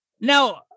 Now